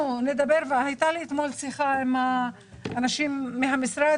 הייתה לי אתמול שיחה עם האנשים מהמשרד